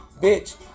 Bitch